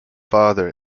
father